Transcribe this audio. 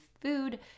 food